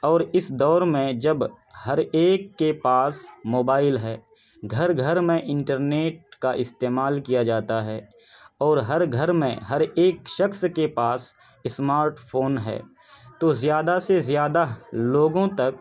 اور اس دور میں جب ہر ایک کے پاس موبائل ہے گھر گھر میں انٹرنیٹ کا استعمال کیا جاتا ہے اور ہر گھر میں ہر ایک شخص کے پاس اسمارٹ فون ہے تو زیادہ سے زیادہ لوگوں تک